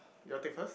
your take first